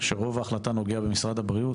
רוב ההחלטה נוגע למשרד הבריאות.